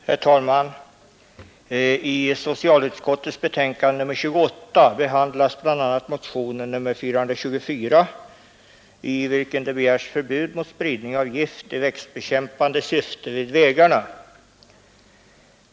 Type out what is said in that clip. Herr talman! I socialutskottets betänkande nr 28 behandlas bl.a. motionen 424, i vilken det begärs förbud mot spridning av gift i växtbekämpande syfte vid vägarna.